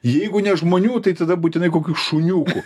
jeigu ne žmonių tai tada būtinai kokių šuniukų